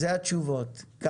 אלה התשובות.